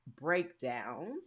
breakdowns